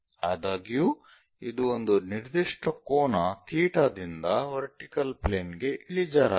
ಆದಾಗ್ಯೂ ಇದು ಒಂದು ನಿರ್ದಿಷ್ಟ ಕೋನ ಥೀಟಾದಿಂದ ವರ್ಟಿಕಲ್ ಪ್ಲೇನ್ ಗೆ ಇಳಿಜಾರಾಗಿದೆ